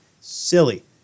silly